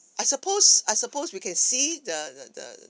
I suppose I suppose we can see the the the